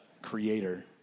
creator